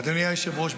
אדוני היושב-ראש,